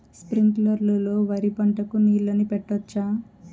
స్ప్రింక్లర్లు లో వరి పంటకు నీళ్ళని పెట్టొచ్చా?